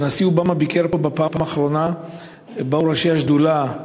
כשהנשיא אובמה ביקר פה בפעם האחרונה באו ראשי השדולה,